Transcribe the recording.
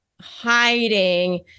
hiding